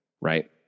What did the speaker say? right